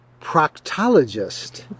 Proctologist